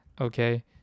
okay